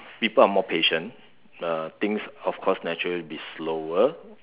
people are more patient uh things of course naturally will be slower